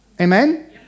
Amen